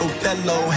Othello